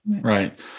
Right